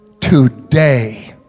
today